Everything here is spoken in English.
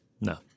No